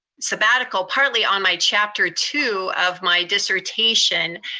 sabbatical partly on my chapter two of my dissertation.